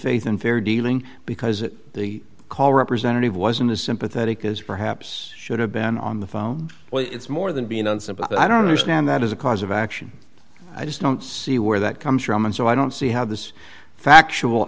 faith and fair dealing because the call representative wasn't as sympathetic as perhaps should have been on the phone well it's more than being on some but i don't understand that as a cause of action i just don't see where that comes from and so i don't see how this factual